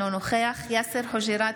אינו נוכח יאסר חוג'יראת,